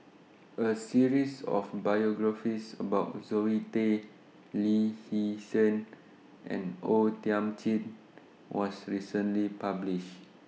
A series of biographies about Zoe Tay Lee Hee Seng and O Thiam Chin was recently published